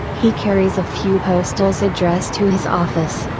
he carries a few postals addressed to his office.